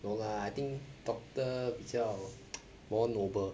no lah I think doctor 比较 more noble